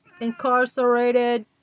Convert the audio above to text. incarcerated